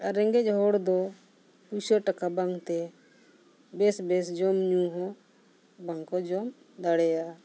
ᱟᱨ ᱨᱮᱸᱜᱮᱡ ᱦᱚᱲ ᱫᱚ ᱯᱚᱭᱥᱟ ᱴᱟᱠᱟ ᱵᱟᱝ ᱛᱮ ᱵᱮᱥ ᱵᱮᱥ ᱡᱚᱢ ᱧᱩ ᱦᱚᱸ ᱵᱟᱝᱠᱚ ᱡᱚᱢ ᱫᱟᱲᱮᱭᱟᱜᱼᱟ